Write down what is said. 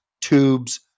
tubes